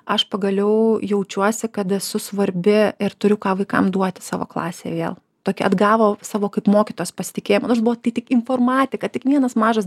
aš pagaliau jaučiuosi kad esu svarbi ir turiu ką vaikam duoti savo klasėje vėl tokia atgavo savo kaip mokytojos pasitikėjimas aš buvau tik informatika tik vienas mažas